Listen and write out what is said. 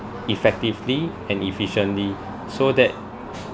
effectively and efficiently so that